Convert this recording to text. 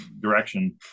direction